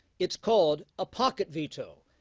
it's called a pocket veto.